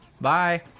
Bye